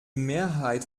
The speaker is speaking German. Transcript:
mehrheit